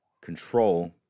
control